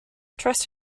trust